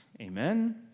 Amen